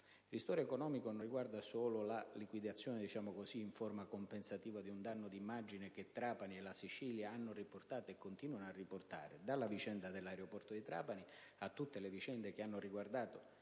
innanzitutto, non riguarda solo la liquidazione in forma compensativa di un danno di immagine che Trapani e la Sicilia hanno riportato, e che continuano a riportare, dalla vicenda dell'aeroporto di Trapani a tutte le vicende che hanno riguardato